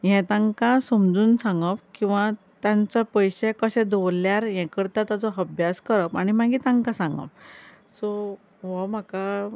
हें तांकां समजून सांगप किंवा तांचो पयशे कशे दवरल्यार हें करता ताचो अभ्यास करप आनी मागीर तांकां सांगप सो हो म्हाका